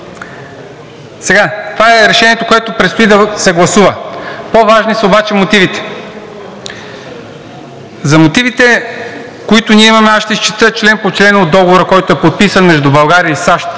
Това е решението, което предстои да се гласува. По-важни са обаче мотивите. За мотивите, които ние имаме, аз ще изчета член по член от Договора, който е подписан между България и САЩ,